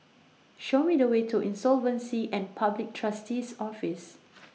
Show Me The Way to Insolvency and Public Trustee's Office